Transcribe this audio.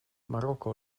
marokko